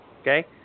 okay